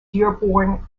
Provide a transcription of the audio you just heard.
dearborn